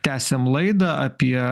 tęsiam laidą apie